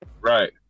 Right